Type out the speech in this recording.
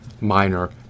minor